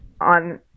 on